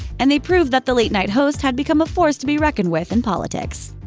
and they proved that the late-night host had become a force to be reckoned with in politics.